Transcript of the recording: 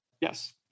Yes